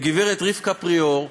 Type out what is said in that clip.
גברת רבקה פריאור,